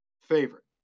Favorite